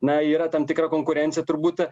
na yra tam tikra konkurencija turbūt